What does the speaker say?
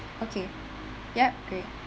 okay ya great